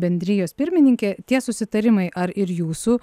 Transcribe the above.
bendrijos pirmininkė tie susitarimai ar ir jūsų